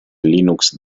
linux